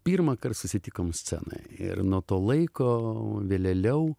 pirmąkart susitikom scenoj ir nuo to laiko vėliau